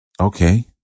Okay